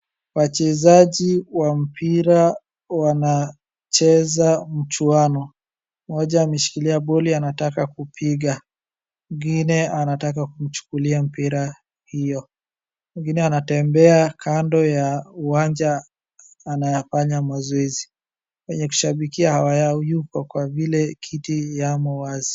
Wachezaji wa mpira wanacheza mchuwano, mmoja ameshikilia boli anataka kupiga, mwingine anataka kumchukulia mpira hiyo, mwingine anatembea kando ya uwanja, anafanya mazoezi. Wenye kushabikia hawako kwa vile kiti yamo wazi.